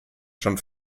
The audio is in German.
schon